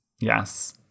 Yes